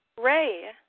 Ray